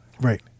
Right